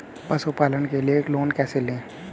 पशुपालन के लिए लोन कैसे लें?